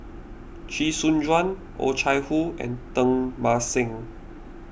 Chee Soon Juan Oh Chai Hoo and Teng Mah Seng